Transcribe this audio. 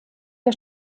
der